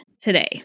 today